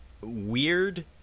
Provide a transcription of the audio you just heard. weird